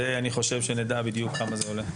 אני חושב שנדע בדיוק כמה זה עולה.